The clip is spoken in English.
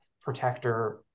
protector